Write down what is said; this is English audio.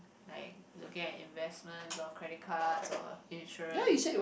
like looking at investment or credit card or insurance